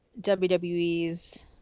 WWE's